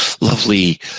lovely